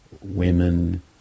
women